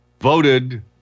voted